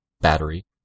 Battery